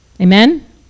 Amen